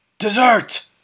DESSERT